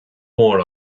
mór